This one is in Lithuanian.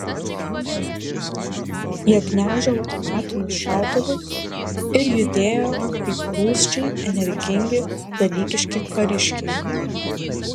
jie gniaužė automatinius šautuvus ir judėjo kaip rūsčiai energingi dalykiški kariškiai